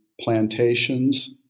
plantations